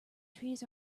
trees